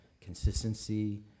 consistency